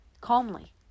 calmly